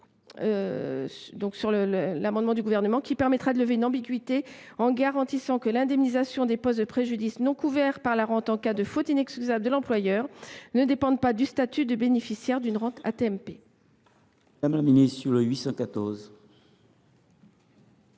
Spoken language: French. sur l’amendement n° 1402, car son adoption permettra de lever une ambiguïté en garantissant que l’indemnisation des postes de préjudice non couverts par la rente en cas de faute inexcusable de l’employeur ne dépend pas du statut de bénéficiaire d’une rente au titre de l’AT